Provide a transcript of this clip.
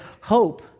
hope